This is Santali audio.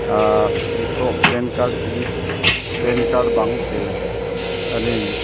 ᱟᱨ ᱱᱤᱛᱚᱜ ᱯᱮᱱ ᱠᱟᱨᱰ ᱯᱮᱱ ᱠᱟᱨᱰ ᱵᱟᱝᱛᱮ ᱟᱹᱞᱤᱧ